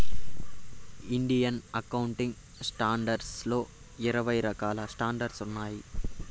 Indian accounting standards లో ఇరవై రకాల స్టాండర్డ్స్ ఉన్నాయి